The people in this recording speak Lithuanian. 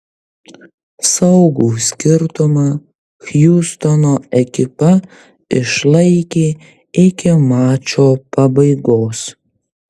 saugų skirtumą hjustono ekipa išlaikė iki mačo pabaigos